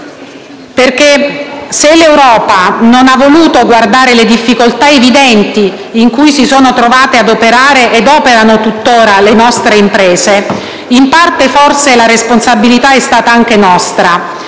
perché se l'Europa non ha voluto guardare alle difficoltà evidenti in cui si sono trovate ad operare ed operano tuttora le nostre imprese, in parte, forse, la responsabilità è stata anche nostra;